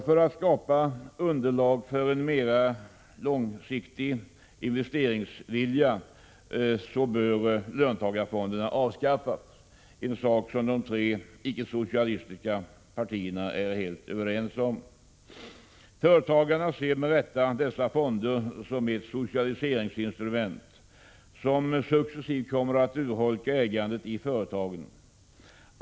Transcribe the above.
För att skapa underlag för en mera långsiktig investeringsvilja bör man avskaffa löntagarfonderna, något som de tre icke-socialistiska partierna är helt överens om. Företagarna ser med rätta dessa fonder som ett socialiseringsinstrument, som successivt kommer att urholka ägandet i företagen.